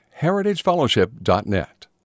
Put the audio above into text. heritagefellowship.net